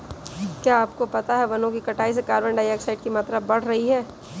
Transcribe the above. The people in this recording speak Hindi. क्या आपको पता है वनो की कटाई से कार्बन डाइऑक्साइड की मात्रा बढ़ रही हैं?